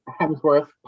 Hemsworth